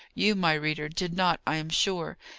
you, my reader, did not, i am sure,